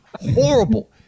horrible